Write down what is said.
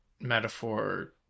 metaphor